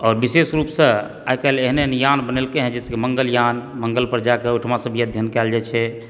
आओर विशेष रूपसँ आइकाल्हि एहन एहन याण बनेलकै हँ जेनाकि मङ्गलयाण मङ्गल पर जाके ओहिठुमासँ भी अध्ययन कएल जाइत छै